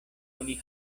oni